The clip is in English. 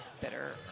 bitter